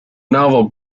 novel